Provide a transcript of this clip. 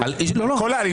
כל העלילה?